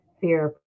fear